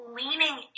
leaning